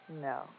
No